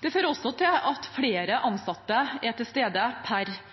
Det fører også til at flere ansatte er til stede per